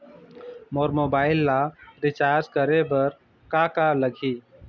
मोर mobile ला recharge करे बर का का लगही?